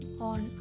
on